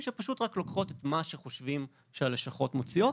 שפשוט רק לוקחות את מה שחושבים שהלשכות מוציאות